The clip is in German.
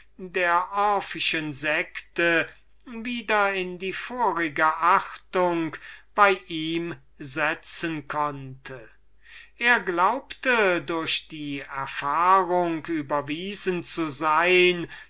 der orphischen sekte wieder in die vorige achtung bei ihm setzen konnte er glaubte durch die erfahrung überwiesen zu sein